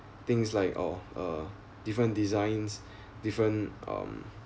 things like or uh different designs different um